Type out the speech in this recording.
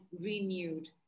renewed